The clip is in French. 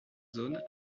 zone